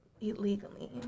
Illegally